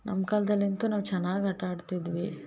ನಮ್ಮ ಕಾಲ್ದಲ್ಲಿ ಅಂತು ನಾವು ಚೆನ್ನಾಗಿ ಆಟ ಆಡ್ತಿದ್ವಿ